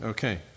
Okay